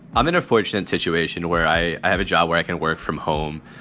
i'm an unfortunate situation where i i have a job, where i can work from home.